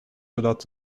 zodat